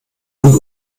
und